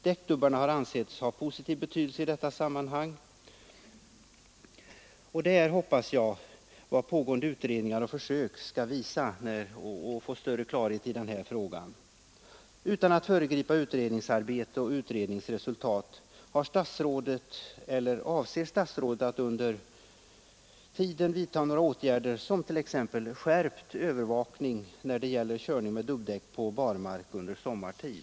Däckdubbarna har ansetts vara av positiv betydelse i detta sammanhang, och jag hoppas att pågående utredningar och försök skall ge större klarhet om den saken. Utan att föregripa utredningens arbete och dess resultat vill jag ställa frågan: Avser statsrådet att under tiden vidta några åtgärder, t.ex. skärpt övervakning när det gäller körning med dubbdäck på barmark och under sommartid?